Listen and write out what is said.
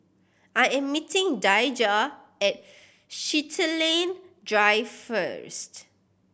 I am meeting Daijah at Chiltern Drive first